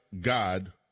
God